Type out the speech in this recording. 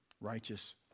Righteous